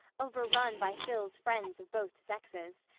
overrun by phil's friends of both sexes.